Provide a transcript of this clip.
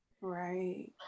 Right